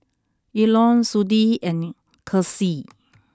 Elon Sudie and Kirstie